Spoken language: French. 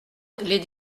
les